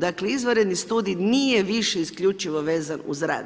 Dakle, izvanredni studij nije više isključivo vezan uz rad